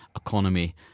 economy